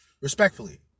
Respectfully